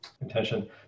intention